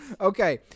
Okay